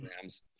Rams